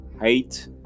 hate